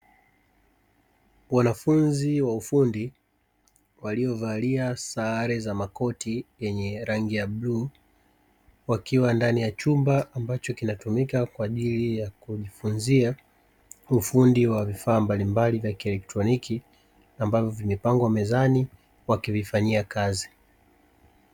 Wanafunzi wa ufundi waliovalia sare za makoti yenye rangi ya bluu, wakiwa ndani ya chumba ambacho kinatumika kwa ajili ya kujifunzia ufundi wa vifaa mbalimbali vya kielektroniki ambavyo vimepangwa mezani wakivifanyia kazi.